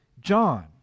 John